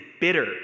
bitter